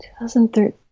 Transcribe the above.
2013